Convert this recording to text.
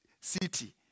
city